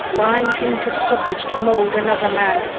grind him to sausage to mold another man,